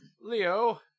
Leo